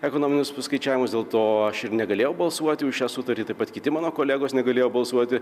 ekonominius paskaičiavimus dėl to aš ir negalėjau balsuoti už šią sutartį taip pat kiti mano kolegos negalėjo balsuoti